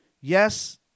Yes